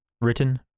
Written